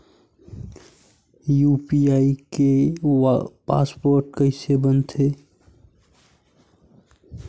UPI के password कइसे बनाथे?